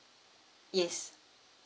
yes